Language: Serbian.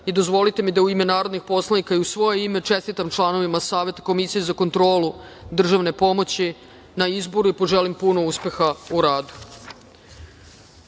pomoći. Dozvolite mi da, u ime narodnih poslanika i u svoje ime, čestitam članovima Saveta komisije za kontrolu državne pomoći na izboru i poželim puno uspeha u